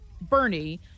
Bernie